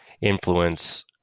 influence